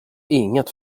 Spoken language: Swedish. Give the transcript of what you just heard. inget